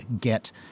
get